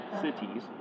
cities